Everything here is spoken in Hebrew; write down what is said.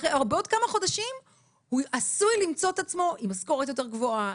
בעוד כמה חודשים הוא עשוי למצוא את עצמו עם משכורת יותר גבוהה,